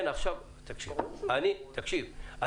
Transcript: תקשיב,